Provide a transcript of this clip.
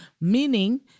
Meaning